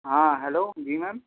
ہاں ہیلو جی میم